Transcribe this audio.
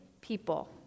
people